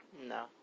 No